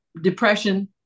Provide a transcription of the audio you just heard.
depression